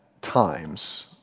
times